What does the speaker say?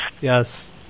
Yes